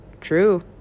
True